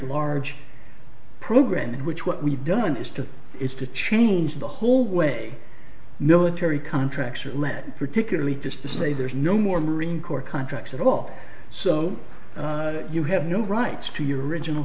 large program in which what we've done is to is to change the whole way military contracts are let particularly disperse say there's no more marine corps contracts at all so you have no rights to your original